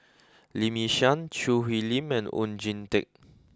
Lee Yi Shyan Choo Hwee Lim and Oon Jin Teik